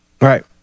Right